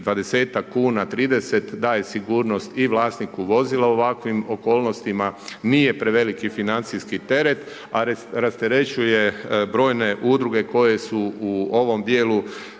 kuna, 30 daje sigurnost i vlasniku vozila u ovakvim okolnostima, nije preveliki financijski teret, a rasterećuje brojne udruge koje su u ovom dijelu